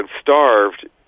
starved